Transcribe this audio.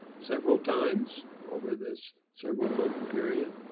several times over this several month period,